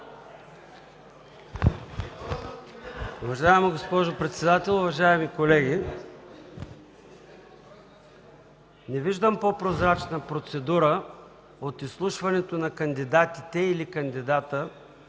Уважаема госпожо председател, уважаеми колеги! Не виждам по-прозрачна процедура от изслушването на кандидатите или кандидата